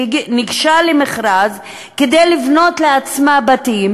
שניגשה למכרז כדי לבנות לעצמה בתים,